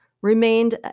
remained